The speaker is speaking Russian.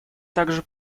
также